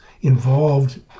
involved